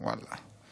ואללה.